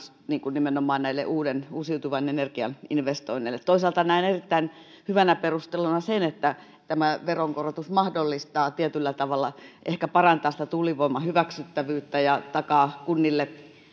nimenomaan näille uuden uusiutuvan energian investoinneille toisaalta näen näen erittäin hyvänä perusteluna sen että tämä veronkorotus mahdollistaa ehkä parantaa tietyllä tavalla sitä tuulivoiman hyväksyttävyyttä ja takaa kunnille